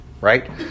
right